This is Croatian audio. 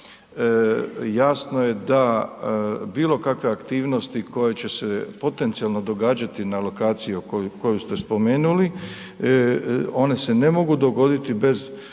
jasno je da bilo kakve aktivnosti koje će se potencijalno događati na lokaciji koju ste spomenuli, ona se ne mogu dogoditi bez